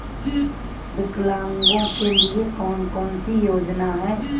विकलांगों के लिए कौन कौनसी योजना है?